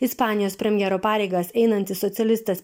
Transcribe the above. ispanijos premjero pareigas einantis socialistas